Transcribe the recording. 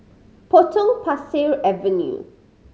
Potong Pasir Avenue